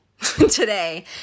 today